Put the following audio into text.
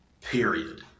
period